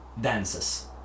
dances